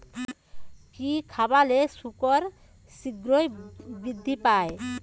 কি খাবালে শুকর শিঘ্রই বৃদ্ধি পায়?